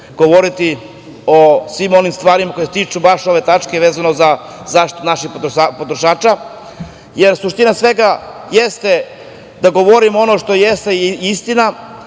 govoriti o svim onim stvarima koje se tiču ove naše tačke, vezano za zaštitu naših potrošača. Suština svega jeste da govorim ono što je istina,